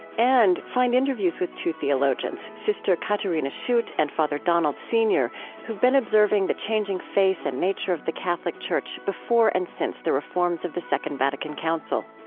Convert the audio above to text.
and find interviews with two theologians, sister katarina schuth and father donald senior, who have been observing the changing face and nature of the catholic church before and since the reforms of the second vatican council.